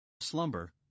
slumber